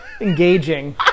Engaging